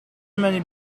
many